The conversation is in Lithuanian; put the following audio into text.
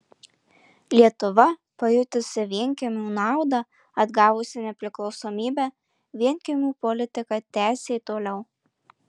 lietuva pajutusi vienkiemių naudą atgavusi nepriklausomybę vienkiemių politiką tęsė toliau